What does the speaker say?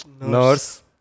nurse